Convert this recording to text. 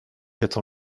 quatre